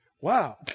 Wow